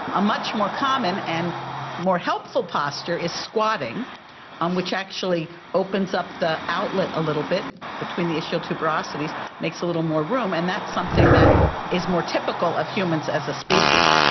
a much more common and more helpful posture is squatting and which actually opens up the outlet a little bit between the ischial tuberosities, makes a little more room, and that's something that is more typical of humans as a species.